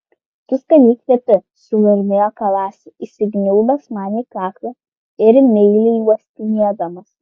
tu skaniai kvepi sumurmėjo kalasi įsikniaubęs man į kaklą ir meiliai uostinėdamas